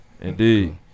Indeed